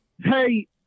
Hey